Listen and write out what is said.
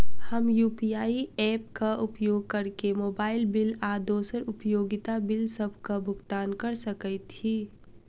हम UPI app क उपयोग करके मोबाइल बिल आ दोसर उपयोगिता बिलसबक भुगतान कर सकइत छि